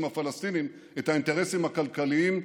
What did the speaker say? הפלסטיניים את האינטרסים הכלכליים,